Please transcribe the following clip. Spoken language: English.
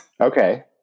Okay